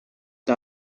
the